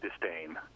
disdain